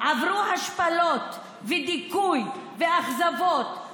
עברו השפלות ודיכוי ואכזבות,